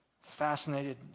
fascinated